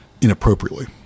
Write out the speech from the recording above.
inappropriately